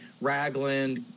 Ragland